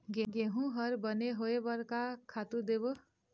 गेहूं हर बने होय बर का खातू देबो?